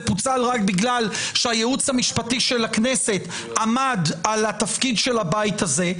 זה פוצל רק בגלל שהייעוץ המשפטי של הכנסת עמד על התפקיד של הבית הזה.